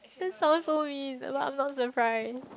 that sounds so mean but I'm not surprised